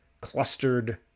clustered